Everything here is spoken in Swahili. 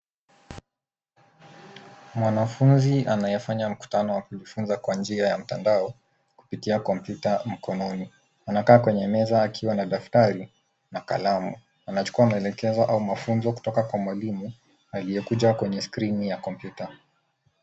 Mwanafunzi anayefanya mkutano wa kujifunza kwa njia ya mtandao kupitia kompyuta mkononi anakaa kwenye meza akiwa na daftari na kalamu. Anachukua maelekezo au mafunzo kutoka kwa mwalimu aliyekuja kwenye skrini ya kompyuta.